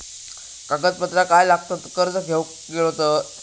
कागदपत्रा काय लागतत कर्ज घेऊक गेलो तर?